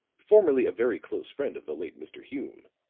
formerly a very close friend of the late mr. hume,